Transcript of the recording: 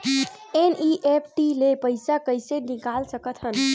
NEFT ले पईसा कइसे निकाल सकत हन?